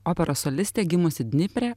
operos solistė gimusi dniepre